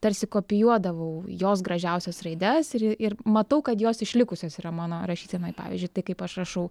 tarsi kopijuodavau jos gražiausias raides ir ir matau kad jos išlikusios yra mano rašysenoj pavyzdžiui tai kaip aš rašau